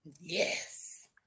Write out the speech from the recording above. Yes